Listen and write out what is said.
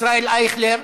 ישראל אייכלר,